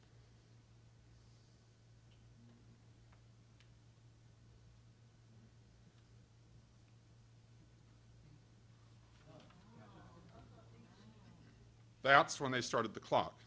that's when they started the clock